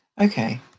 Okay